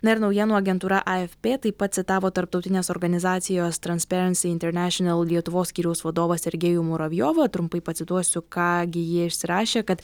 na ir naujienų agentūra afp taip pat citavo tarptautinės organizacijos transpieransy internašenal lietuvos skyriaus vadovą sergejų muravjovą trumpai pacituosiu ką gi jie išsirašė kad